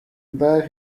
bear